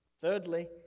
Thirdly